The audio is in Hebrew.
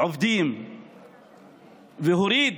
עובדים והוריד